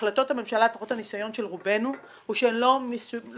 החלטות הממשלה לפחות הניסיון של רובנו לא מיושמות